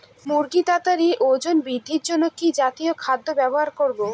মুরগীর তাড়াতাড়ি ওজন বৃদ্ধির জন্য কি জাতীয় খাদ্য ব্যবহার করব?